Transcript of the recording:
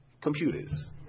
computers